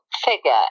figure